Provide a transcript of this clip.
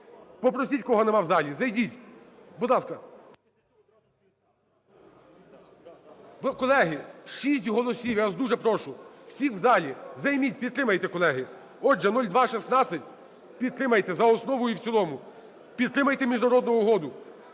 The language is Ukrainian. Попросіть, кого нема в залі, зайдіть, будь ласка. Колеги, 6 голосів, я вас дуже прошу. Всі в залі, займіть, підтримайте, колеги. Отже, 0216 підтримайте за основу і в цілому, підтримайте міжнародну угоду.